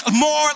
more